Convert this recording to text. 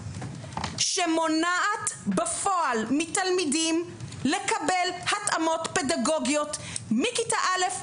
שמונעת בפועל מתלמידים לקבל התאמות פדגוגיות מכיתה א'